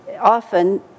often